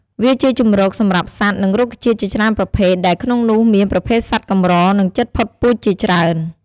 វាជាជម្រកសម្រាប់សត្វ និងរុក្ខជាតិជាច្រើនប្រភេទដែលក្នុងនោះមានប្រភេទសត្វកម្រ និងជិតផុតពូជជាច្រើន។